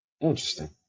Interesting